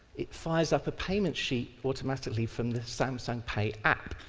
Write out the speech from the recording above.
it fires up a payment sheet automatically from the samsung pay app.